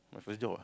my first job ah